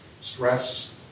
stress